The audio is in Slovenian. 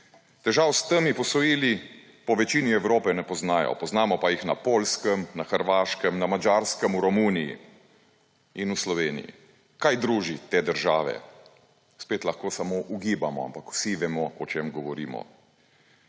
Težav s temi posojili po večini Evrope ne poznajo, poznamo pa jih na Poljskem, na Hrvaškem, na Madžarskem, v Romuniji in v Sloveniji. Kaj druži te države? Spet lahko samo ugibamo, ampak vsi vemo, o čem govorimo.